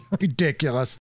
Ridiculous